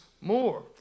more